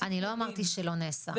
אני לא אמרתי שזה לא נעשה,